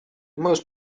most